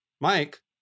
Mike